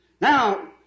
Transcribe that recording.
Now